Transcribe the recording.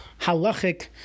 halachic